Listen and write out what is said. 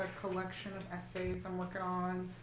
collection of essays i'm working on,